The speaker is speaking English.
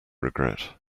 regret